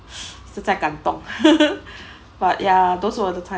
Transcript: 实在感动 but ya those were the time